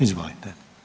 Izvolite.